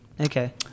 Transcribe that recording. Okay